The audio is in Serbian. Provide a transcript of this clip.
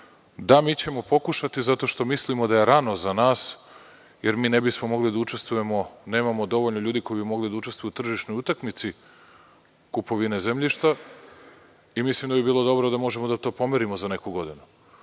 da, mi ćemo pokušati zato što mislimo da je rano za nas, jer mi ne bismo mogli da učestvujemo, nemamo dovoljno ljudi koji bi mogli da učestvuju u tržišnoj utakmici kupovine zemljišta, i mislim da bi bilo dobro da to možemo da pomerimo za neku